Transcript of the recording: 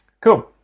Cool